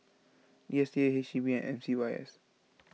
D S T A H E B and M C Y S